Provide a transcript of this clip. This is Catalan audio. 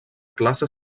classe